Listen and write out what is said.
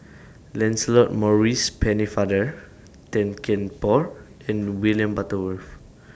Lancelot Maurice Pennefather Tan Kian Por and William Butterworth